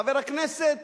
חבר הכנסת